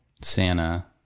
Santa